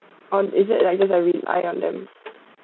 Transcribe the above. or is it like I just have rely on them